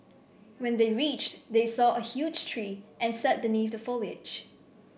when they reached they saw a huge tree and sat beneath the foliage